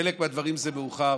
בחלק מהדברים זה מאוחר.